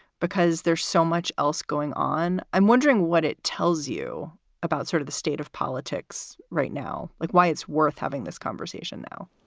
because there's so much else going on. i'm wondering what it tells you about sort of the state of politics right now, like why it's worth having this conversation now?